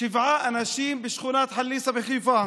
שבעה אנשים בשכונת חליסה בחיפה: